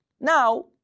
Now